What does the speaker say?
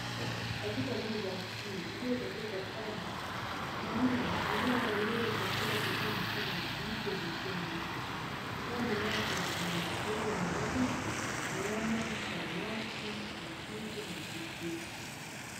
Katika meza hii iliyopendeza sana naona iliyoandaliwa chakula kitamu sana kinachovutia mtu. Ndani yake kuna mchele mweupe, nyama, samaki, mchuzi na kijiko.